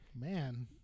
Man